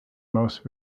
most